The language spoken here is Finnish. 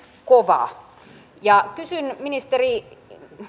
kova kysyn ministeri